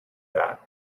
that